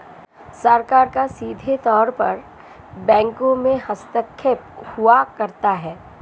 सरकार का सीधे तौर पर बैंकों में हस्तक्षेप हुआ करता है